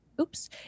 oops